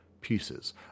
pieces